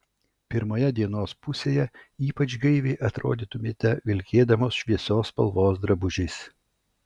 pirmoje dienos pusėje ypač gaiviai atrodytumėte vilkėdamos šviesios spalvos drabužiais